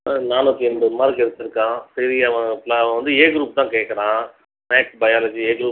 ஆ நானூற்றி எண்பது மார்க் எடுத்திருக்கான் சரி அவன் அவன் வந்து ஏ க்ரூப் தான் கேக்கிறான் மேக்ஸ் பயாலஜி ஏ க்ரூப்